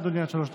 מיוחדת.